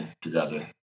together